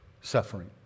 suffering